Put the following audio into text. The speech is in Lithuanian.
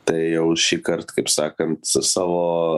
tai jau šįkart kaip sakant savo